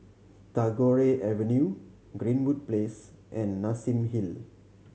Tagore Avenue Greenwood Place and Nassim Hill